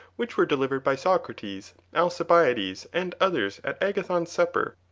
which were delivered by socrates, alcibiades, and others, at agathon's supper.